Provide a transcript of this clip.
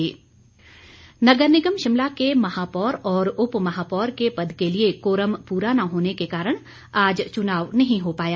महापौर नगर निगम शिमला के महापौर और उप महापौर के पद के लिए कोरम पूरा न होने के कारण आज चुनाव नहीं हो पाया